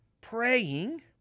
praying